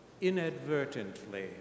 inadvertently